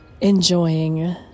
enjoying